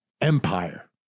Empire